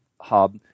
hub